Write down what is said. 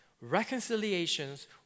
reconciliations